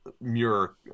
muir